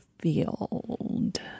field